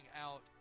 out